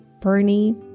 Bernie